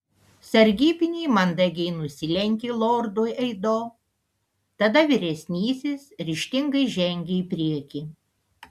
sargybiniai mandagiai nusilenkė lordui aido tada vyresnysis ryžtingai žengė į priekį